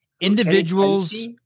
individuals